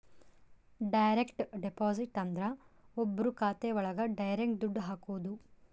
direct deposit ಅಂದ್ರ ಒಬ್ರು ಖಾತೆ ಒಳಗ ಡೈರೆಕ್ಟ್ ದುಡ್ಡು ಹಾಕೋದು